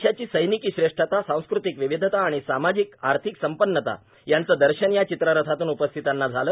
देशाची सैनिकी श्रेष्ठता सांस्कृतिक विविधता आणि सामाजिकए आर्थिक संपन्नता यांचं दर्शन या चित्ररथांतून उपस्थितांना झालं